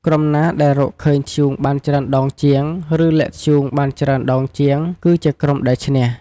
ក្រុមណាដែលរកឃើញធ្យូងបានច្រើនដងជាង ឬលាក់ធ្យូងបានច្រើនដងជាង គឺជាក្រុមដែល ឈ្នះ។